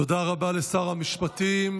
תודה רבה לשר המשפטים.